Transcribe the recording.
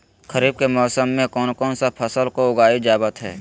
खरीफ के मौसम में कौन कौन सा फसल को उगाई जावत हैं?